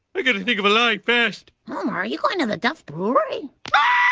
i got to think of a lie, fast homer, are you going to the duff brewery? yeah